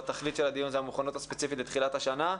תכלית הדיון היא המוכנות הספציפית לתחילת השנה.